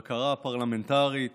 בקרה פרלמנטרית